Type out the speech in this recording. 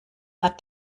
hat